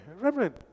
Reverend